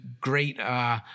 great